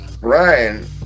Ryan